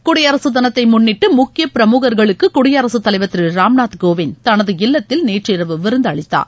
குடியரசு தினத்தை முன்னிட்டு முக்கிய பிரமுகர்களுக்கு குடியரசுத் தலைவர் திரு ராம்நாத் கோவிந்த் தனது இல்லத்தில் நேற்று இரவு விருந்து அளித்தார்